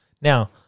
Now